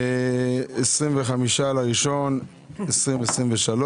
25 בינואר 2023,